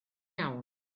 iawn